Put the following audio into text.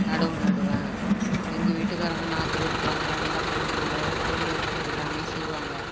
நடவு நடுவேன் எங்கள் வீட்டுக்காரங்க நாற்று பறிப்பாங்க அண்டை போடுவாங்க வயல் வேலை எல்லாமே செய்வாங்க